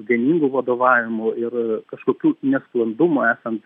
vieningu vadovavimu ir kažkokių nesklandumų esan